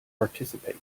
participate